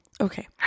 Okay